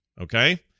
Okay